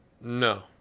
No